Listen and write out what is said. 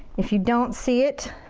if you don't see it.